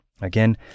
Again